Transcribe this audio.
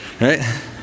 Right